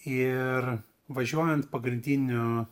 ir važiuojant pagrindiniu